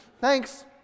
Thanks